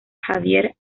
javier